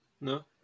no